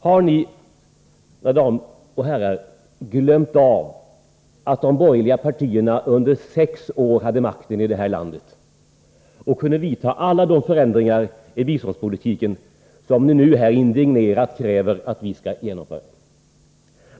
Har ni, mina damer och herrar, glömt att de borgerliga partierna under sex år hade makten idet här landet och kunde göra alla de förändringar i biståndspolitiken som ni nu indignerat kräver att vi skall genomföra?